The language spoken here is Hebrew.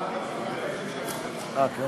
(תיקון